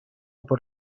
por